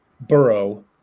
Burrow